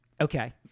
Okay